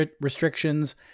restrictions